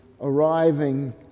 arriving